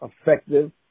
effective